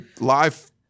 live